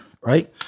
Right